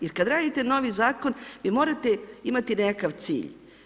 Jer kada radite novi zakon, vi morate imati nekakav cilj.